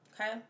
Okay